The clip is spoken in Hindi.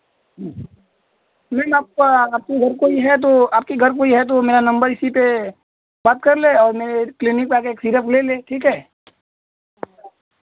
नहीं आपका आपके घर कोई है तो आपके घर कोई है तो मेरा नंबर इसी पर बात कर ले और मेरे क्लीनिक पर आकर एक सीरप ले ले ठीक है